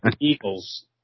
Eagles